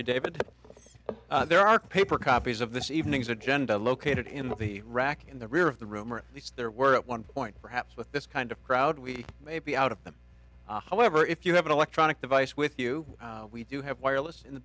you david there are paper copies of this evening's agenda located in the rack in the rear of the room or at least there were at one point perhaps with this kind of crowd we may be out of them however if you have an electronic device with you we do have wireless in the